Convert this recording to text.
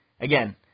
again